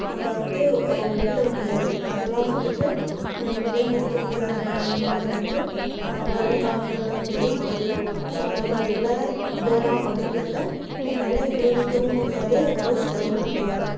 நம்ம வந்து ஒப்பிட முடியாது அதெலாம் வந்துட்டு விலை மதிக்க முடியாத நாணயமாக வந்துட்டு வரும் காலங்களில் வந்துட்டு மாறிடும் ஸோ அதோடய விலை இவ்வளோதான் அப்படிங்கிறத என்னால் யூகிக்கவும் முடியாது என்னால் சொல்லவும் முடியாது